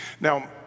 Now